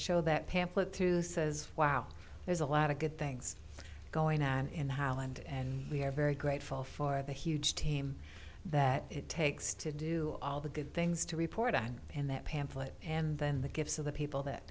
show that pamphlet to says wow there's a lot of good things going on in holland and we're very grateful for the huge team that it takes to do all the good things to report on in that pamphlet and then the gifts of the people that